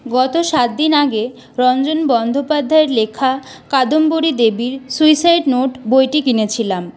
গত সাতদিন আগে রঞ্জন বন্দ্যোপাধ্যায়ের লেখা কাদম্বরী দেবীর সুইসাইড নোট বইটি কিনেছিলাম